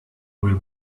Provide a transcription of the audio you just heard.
will